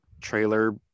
trailer